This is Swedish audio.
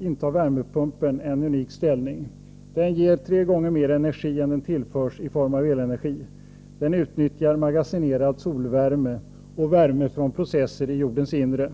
intar värmepumpen en unik ställning. Den ger tre gånger mer energi än den tillförs i form av elenergi. Den utnyttjar magasinerad solvärme och värme från processer i jordens inre.